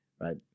Right